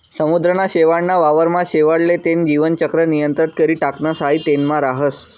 समुद्रना शेवाळ ना वावर मा शेवाळ ले तेन जीवन चक्र नियंत्रित करी टाकणस हाई तेनमा राहस